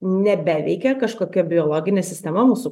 nebeveikia kažkokia biologinė sistema mūsų